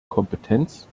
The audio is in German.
kompetenz